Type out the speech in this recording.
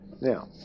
now